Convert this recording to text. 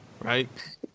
right